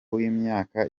w’imyaka